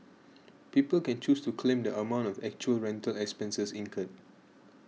people can choose to claim the amount of actual rental expenses incurred